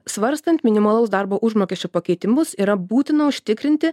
svarstant minimalaus darbo užmokesčio pakeitimus yra būtina užtikrinti